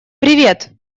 привет